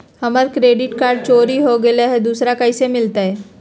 हमर credit card चोरी हो गेलय हई, दुसर कैसे मिलतई?